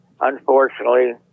Unfortunately